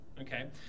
Okay